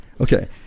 Okay